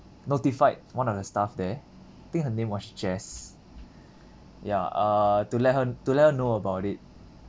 notified one of the staff there think her name was jess ya uh to let her to let her know about it